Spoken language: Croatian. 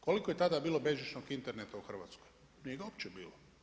Koliko je tada bilo bežičnog interneta u Hrvatskoj? nije ga uopće bilo.